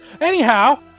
Anyhow